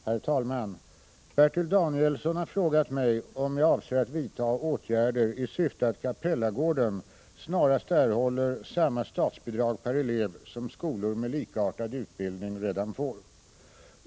Herr talman! Bertil Danielsson har frågat mig om jag avser att vidta åtgärder i syfte att Capellagården snarast erhåller samma statsbidrag per elev som skolor med likartad utbildning redan får.